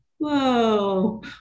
Whoa